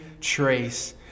trace